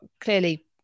clearly